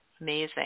Amazing